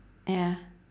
ya